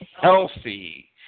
healthy